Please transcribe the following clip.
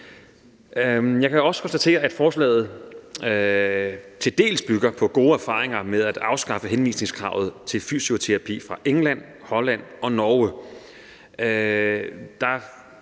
Jeg kan også konstatere, at forslaget tildels bygger på gode erfaringer med at afskaffe henvisningskravet til fysioterapi fra England, Holland og Norge.